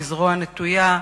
בזרוע נטויה,